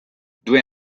due